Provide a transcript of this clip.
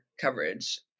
coverage